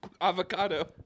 avocado